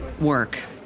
work